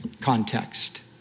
context